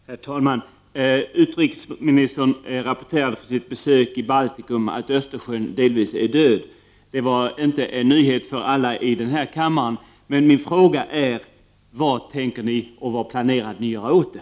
Herr talman! Utrikesministern rapporterade från sitt besök i Baltikum att Östersjön delvis är död. Det var inte någon nyhet för någon i denna kammare. Min fråga är: Vad planerar ni att göra åt det?